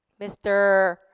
Mr